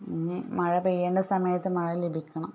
പിന്നെ മഴ പെയ്യേണ്ട സമയത്ത് മഴ ലഭിക്കണം